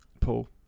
Paul